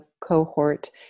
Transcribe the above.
cohort